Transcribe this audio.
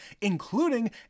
including